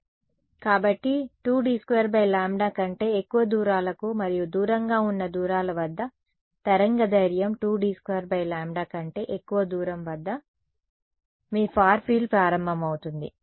కాబట్టి 2D2λ కంటే ఎక్కువ దూరాలకు మరియు దూరంగా ఉన్న దూరాల వద్ద తరంగదైర్ఘ్యం 2D2λ కంటే ఎక్కువ దూరం వద్ద మీ ఫార్ ఫీల్డ్ ప్రారంభమవుతుంది